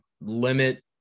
limit